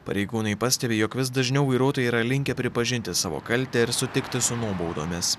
pareigūnai pastebi jog vis dažniau vairuotojai yra linkę pripažinti savo kaltę ir sutikti su nuobaudomis